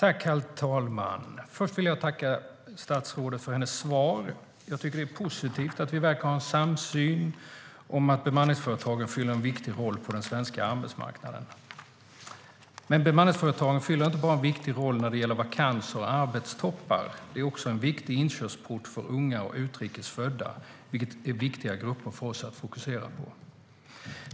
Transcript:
Herr talman! Först vill jag tacka statsrådet för hennes svar. Det är positivt att vi verkar ha en samsyn när det gäller att bemanningsföretagen fyller en viktig roll på den svenska arbetsmarknaden. Men bemanningsföretagen fyller inte bara en viktig roll när det gäller vakanser och arbetstoppar. De är också en viktig inkörsport för unga och utrikes födda, vilka är viktiga grupper för oss att fokusera på.